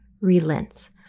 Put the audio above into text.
relents